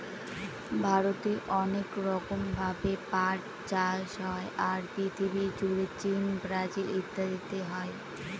ভারতে অনেক রকম ভাবে পাট চাষ হয়, আর পৃথিবী জুড়ে চীন, ব্রাজিল ইত্যাদিতে হয়